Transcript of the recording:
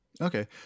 Okay